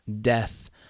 death